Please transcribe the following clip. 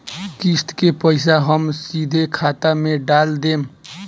किस्त के पईसा हम सीधे खाता में डाल देम?